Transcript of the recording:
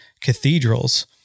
cathedrals